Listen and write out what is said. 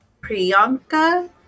priyanka